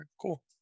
Cool